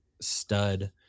stud